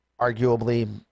arguably